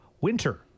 winter